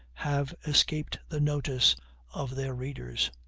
have escaped the notice of their readers.